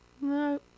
No